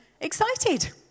excited